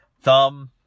thumb